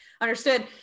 understood